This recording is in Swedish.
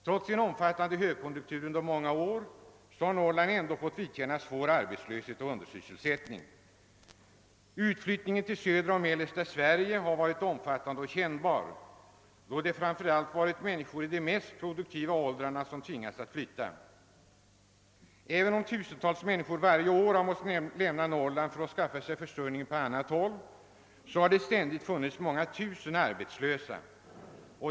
Trots en omfattande högkonjunktur under många år har Norrland fått vidkännas svår arbetslöshet och undersysselsättning. Utflyttningen till södra och mellersta Sverige har varit omfattande och kännbar, då det framför allt varit människor i de mest produktiva åldrarna som tvingats att flytta. Även om tusentals människor varje år har måst lämna Norrland för att skaffa sig försörjning på annat håll, har det ständigt funnits många tusen arbetslösa.